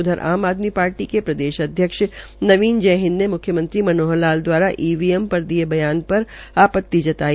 उधर आम आदमी पार्टी के प्रदेशाध्यक्ष नवीन जयंहिंद ने मुख्यमंत्री मनोहर द्वार ईवीएम पर दिये बयान पर आपतिजताई